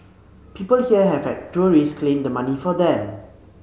people here have had tourists claim the money for them